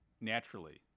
naturally